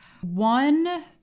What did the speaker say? One